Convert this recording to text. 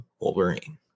Wolverine